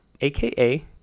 AKA